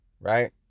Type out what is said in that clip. right